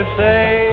say